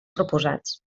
proposats